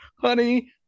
Honey